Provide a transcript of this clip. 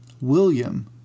William